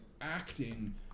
acting